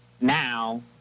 Now